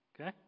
Okay